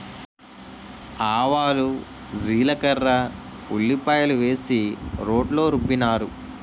ఆవాలు జీలకర్ర ఉల్లిపాయలు వేసి రోట్లో రుబ్బినారు